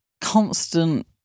constant